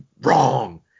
wrong